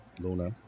Luna